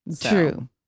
True